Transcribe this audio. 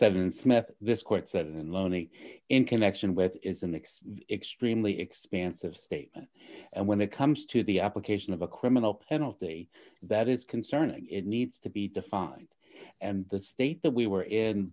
seven smith this court said and lonely in connection with is a mixed extremely expansive statement and when it comes to the application of a criminal penalty that is concerning it needs to be defined and the state that we were in